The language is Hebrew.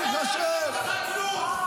על אפך וחמתך אנחנו נישאר, לא יעזור לך כלום.